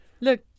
Look